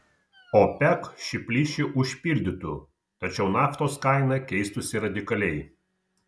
opec šį plyšį užpildytų tačiau naftos kaina keistųsi radikaliai